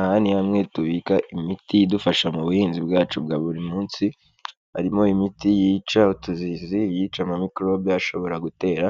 Aha ni hamwe tubika imiti idufasha mu buhinzi bwacu bwa buri munsi; harimo imiti yica utuzizi, iyica mikorobe ashobora gutera